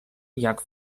jak